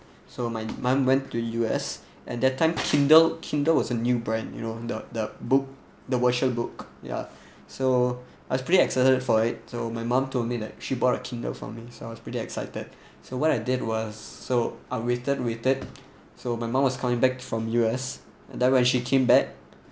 so my mum went to U_S and that time kindle kindle was a new brand you know the the book the virtual book ya so I was pretty excited for it so my mum told me that she bought a kindle for me so I was pretty excited so what I did was so I waited waited so my mom was coming back from U_S then when she came back